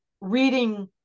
reading